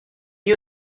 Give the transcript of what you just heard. you